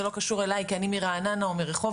זה לא קשור אליי כי אני מרעננה או מרחובות,